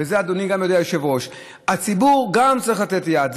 ואת זה גם אדוני היושב-ראש יודע: הציבור גם צריך לתת יד.